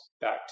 back